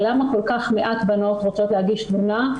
למה כל כך מעט בנות רוצות להגיש תלונה,